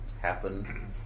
happen